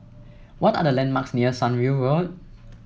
what are the landmarks near Sunview Road